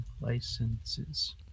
Licenses